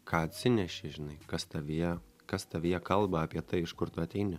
ką atsineši žinai kas tavyje kas tavyje kalba apie tai iš kur tu ateini